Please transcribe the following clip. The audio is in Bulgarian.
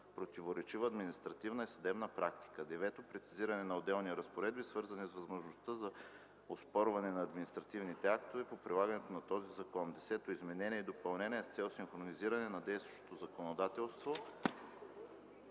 противоречива административна и съдебна практика. 9. Прецизиране на отделни разпоредби, свързани с възможността за оспорване на административните актове по прилагането на този закон. 10. Изменения и допълнения с цел синхронизиране с действащото законодателство.